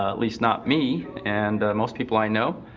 ah least not me, and most people i know,